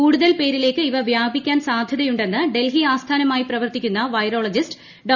കൂടുതൽ പേരിലേക്ക് ഇവ വ്യാപി ക്കാൻ സാധൃതയുണ്ടെന്ന് ഡൽഹി ആസ്ഥാനമായി പ്രവർത്തിക്കുന്ന വൈറോളജിസ്റ്റ് ഡോ